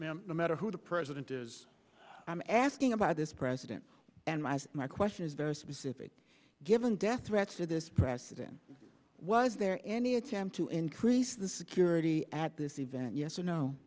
no matter who the president is i'm asking about this president and my my question is very specific given death threats to this president was there any attempt to increase the security at this event yes or no